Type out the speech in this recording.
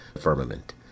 firmament